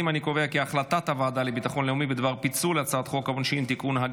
הצעת הוועדה לביטחון לאומי בדבר פיצול הצעת חוק העונשין (תיקון,